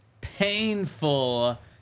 painful